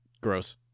Gross